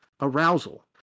arousal